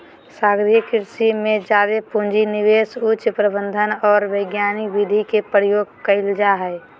सागरीय कृषि में जादे पूँजी, निवेश, उच्च प्रबंधन और वैज्ञानिक विधि के प्रयोग कइल जा हइ